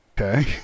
okay